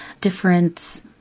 different